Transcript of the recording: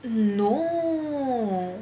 no